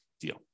deal